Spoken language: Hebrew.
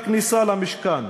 בכניסה למשכן.